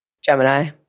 Gemini